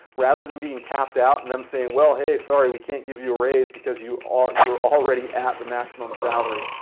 rather than being capped out and them saying, well, hey, sorry, we can't give you a raise because you are, you're already at the maximum salary.